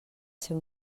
ser